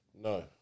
No